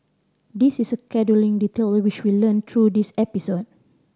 this is a scheduling detail which we learnt through this episode